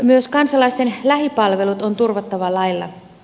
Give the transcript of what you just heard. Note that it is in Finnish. myös kansalaisten lähipalvelut on turvattava lailla